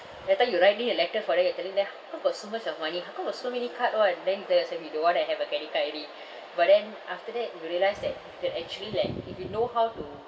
that time you write them a letter for them you're telling them how come got so much of money how come got so many card [one] then you tell yourself you don't want to have a credit card already but then after that you realised that that actually like if you know how to